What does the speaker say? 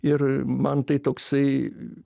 ir man tai toksai